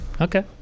Okay